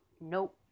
Nope